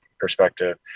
perspective